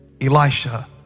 Elisha